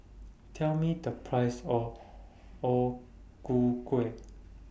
Tell Me The Price of O Ku Kueh